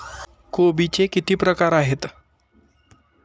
कोबीचे किती प्रकार आहेत?